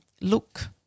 look